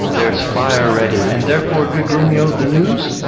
there's fire ready and therefore, good grumio, the news?